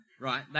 Right